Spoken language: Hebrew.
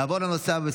נעבור לנושא הבא